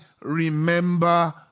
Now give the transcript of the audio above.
Remember